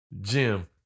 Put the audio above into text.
Jim